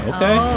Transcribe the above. Okay